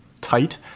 tight